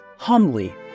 humbly